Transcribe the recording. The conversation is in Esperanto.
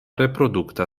reprodukta